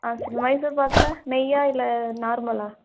ஆ சரி மைசூர்பாக்கில் நெய்யா இல்லை நார்மலா